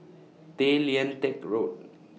Tay Lian Teck Road